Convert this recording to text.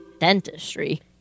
dentistry